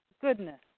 goodness